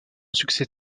succès